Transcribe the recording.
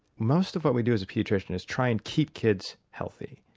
most of what we do as paediatricians is try and keep kids healthy.